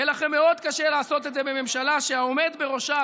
יהיה לכם מאוד קשה לעשות את זה בממשלה שהעומד בראשה,